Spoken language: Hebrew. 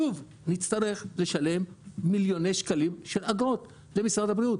שוב נצטרך לשלם מיליוני שקלים של אגרות למשרד הבריאות.